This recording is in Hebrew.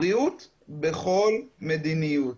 בריאות בכל מדיניות.